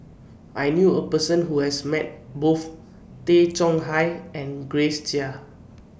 I knew A Person Who has Met Both Tay Chong Hai and Grace Chia